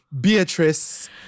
Beatrice